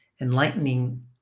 enlightening